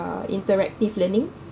uh interactive learning